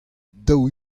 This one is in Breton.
daou